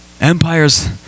Empires